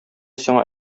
сиңа